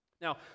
Now